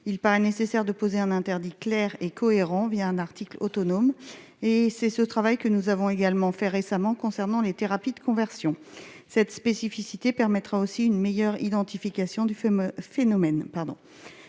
il paraît nécessaire de poser un interdit clair et cohérent, via un article autonome et c'est ce travail que nous avons également fait récemment concernant les thérapies de conversion cette spécificité permettra aussi une meilleure identification du fameux phénomène